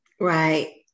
right